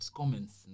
comments